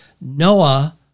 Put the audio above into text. Noah